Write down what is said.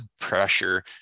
pressure